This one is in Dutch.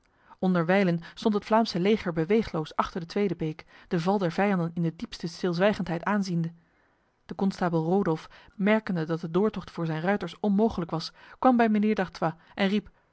onderwijlen stond het vlaamse leger beweegloos achter de tweede beek de val der vijanden in de diepste stilzwijgendheid aanziende de konstabel rodolf merkende dat de doortocht voor zijn ruiters onmogelijk was kwam bij mijnheer d'artois en riep